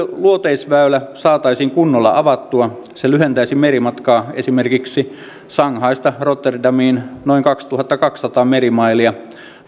luoteisväylä saataisiin kunnolla avattua se lyhentäisi merimatkaa esimerkiksi shanghaista rotterdamiin noin kaksituhattakaksisataa merimailia